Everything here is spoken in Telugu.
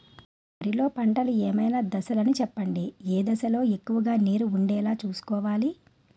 వరిలో పంటలు ఏమైన దశ లను చెప్పండి? ఏ దశ లొ ఎక్కువుగా నీరు వుండేలా చుస్కోవలి?